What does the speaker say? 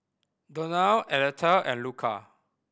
Donal Aleta and Luca